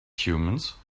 humans